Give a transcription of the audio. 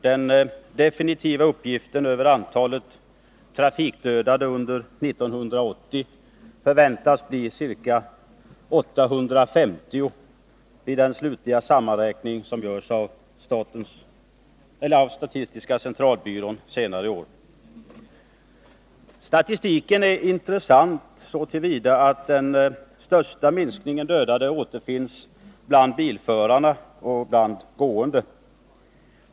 Det definitiva antalet trafikdödade under 1980 förväntas bli ca 850 i den slutliga sammanräkning som görs senare i år av statistiska centralbyrån. Statistiken ärintressant så till vida att den största minskningen i antalet dödade återfinns bland bilförarna och gångtrafikanterna.